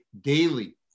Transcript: daily